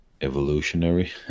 evolutionary